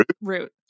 route